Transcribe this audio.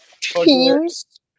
teams